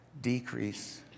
decrease